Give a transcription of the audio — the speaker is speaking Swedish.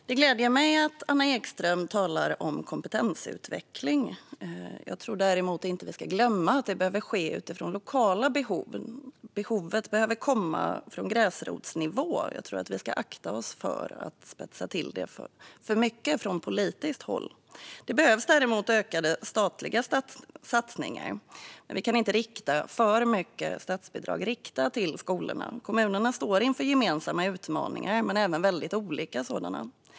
Fru talman! Det gläder mig att Anna Ekström talar om kompetensutveckling. Jag tror dock inte att vi ska glömma att detta behöver ske utifrån lokala behov. Behovet behöver komma från gräsrotsnivå. Jag tror att vi ska akta oss för att spetsa till det för mycket från politiskt håll. Det behövs däremot ökade statliga satsningar, men vi kan inte ha för mycket statsbidrag som är riktat till skolorna. Kommunerna står inför gemensamma utmaningar, men de har även väldigt olika sådana.